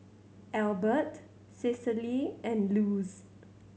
Elbert Cecily and Luz